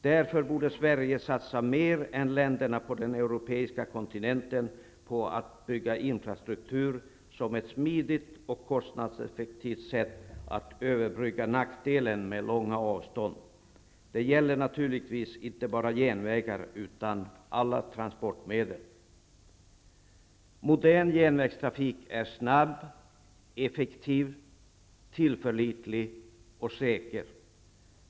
Därför borde Sverige satsa mer än länderna på den europeiska kontinenten på att bygga infrastruktur som på ett smidigt och kostnadseffektivt sätt kan överbrygga nackdelen med långa avstånd. Det gäller naturligtvis inte bara järnvägar utan alla transportmedel. Modern järnvägstrafik är snabb, effektiv, tillförlitlig och säker.